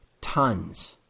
tons